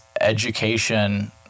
education-